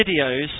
videos